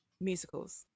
musicals